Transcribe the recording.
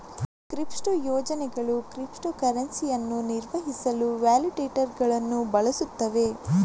crypto ಯೋಜನೆಗಳು crypto ಕರೆನ್ಸಿಯನ್ನು ನಿರ್ವಹಿಸಲು ವ್ಯಾಲಿಡೇಟರುಗಳನ್ನು ಬಳಸುತ್ತವೆ